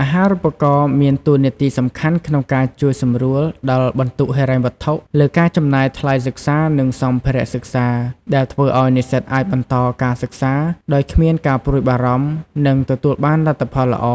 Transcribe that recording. អាហារូបករណ៍មានតួនាទីសំខាន់ក្នុងការជួយសម្រួលដល់បន្ទុកហិរញ្ញវត្ថុលើការចំណាយថ្លៃសិក្សានិងសម្ភារៈសិក្សា ដែលធ្វើឲ្យនិស្សិតអាចបន្តការសិក្សាដោយគ្មានការព្រួយបារម្ភ និងទទួលបានលទ្ធផលល្អ